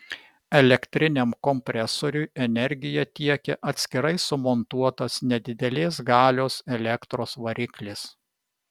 elektriniam kompresoriui energiją tiekia atskirai sumontuotas nedidelės galios elektros variklis